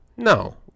No